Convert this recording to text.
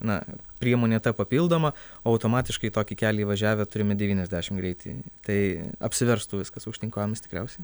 na priemonė ta papildoma automatiškai į tokį kelią įvažiavę turime devyniasdešim greitį tai apsiverstų viskas aukštyn kojomis tikriausiai